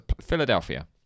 Philadelphia